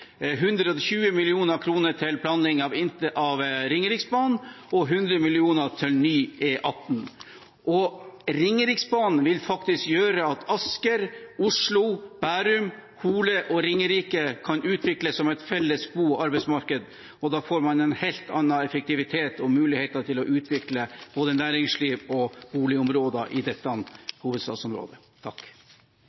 120 mill. kr til planlegging av Ringeriksbanen og 100 mill. kr til ny E18. Ringeriksbanen vil faktisk gjøre at Asker, Oslo, Bærum, Hole og Ringerike kan utvikles som et felles bo- og arbeidsmarked, og da får man en helt annen effektivitet og mulighet til å utvikle både næringsliv og boligområder i dette hovedstadsområdet.